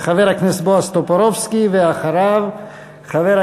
חבר הכנסת בועז טופורובסקי, ואחריו, חבר